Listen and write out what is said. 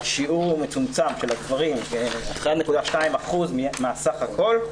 השיעור של הגברים הוא מצומצם, כ-1.2% מהסך הכול.